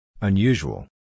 Unusual